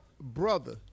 brother